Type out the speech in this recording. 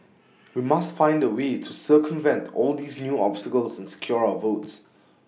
we must find A way to circumvent all these new obstacles and secure our votes